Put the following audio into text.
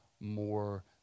more